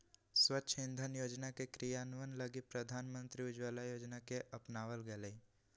स्वच्छ इंधन योजना के क्रियान्वयन लगी प्रधानमंत्री उज्ज्वला योजना के अपनावल गैलय